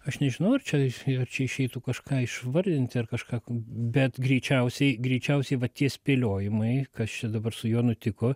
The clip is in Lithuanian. aš nežinau ar čia ar čia išeitų kažką išvardinti ar kažką bet greičiausiai greičiausiai va tie spėliojimai kas čia dabar su juo nutiko